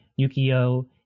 Yukio